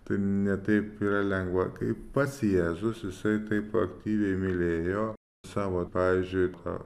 tai ne taip yra lengva kaip pats jėzus jisai taip aktyviai mylėjo savo pavyzdžiui tą